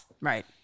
Right